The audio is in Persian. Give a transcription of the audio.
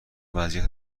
وضعیت